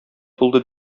тулды